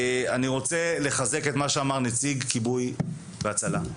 אני רוצה לחזק את מה שאמר נציג כיבוי והצלה,